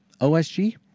OSG